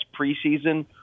preseason